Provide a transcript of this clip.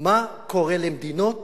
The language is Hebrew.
מה קורה למדינות